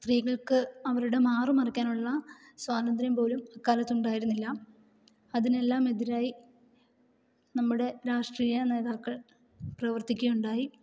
സ്ത്രീകൾക്ക് അവരുടെ മാറു മറയ്ക്കാനുള്ള സ്വാതന്ത്ര്യം പോലും അക്കാലത്തുണ്ടായിരുന്നില്ല അതിനെല്ലാം എതിരായി നമ്മുടെ രാഷ്ട്രീയ നേതാക്കൾ പ്രവർത്തിക്കുകയുണ്ടായി